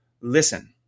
listen